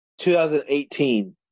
2018